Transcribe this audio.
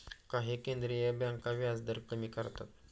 काही केंद्रीय बँका व्याजदर कमी करतात